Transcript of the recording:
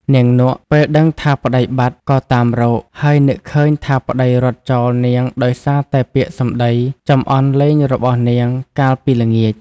នាងនក់ ពេលដឹងថាប្តីបាត់ ក៏តាមរក ហើយនឹកឃើញថាប្តីរត់ចោលនាងដោយសារតែពាក្យសម្ដីចំអន់លេងរបស់នាងកាលពីល្ងាច ។